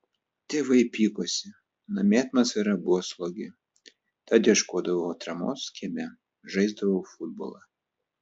tėvai pykosi namie atmosfera buvo slogi tad ieškodavau atramos kieme žaisdavau futbolą